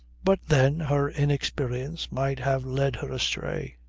but then her inexperience might have led her astray.